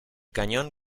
cañón